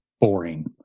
boring